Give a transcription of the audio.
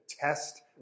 test